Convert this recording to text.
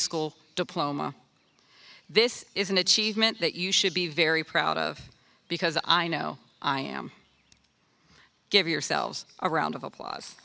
school diploma this is an achievement that you should be very proud of because i know i am give yourselves a round of applause